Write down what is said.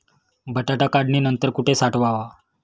बटाटा काढणी नंतर कुठे साठवावा?